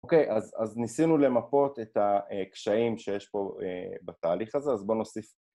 אוקיי, אז ניסינו למפות את הקשיים שיש פה בתהליך הזה, אז בואו נוסיף